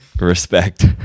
respect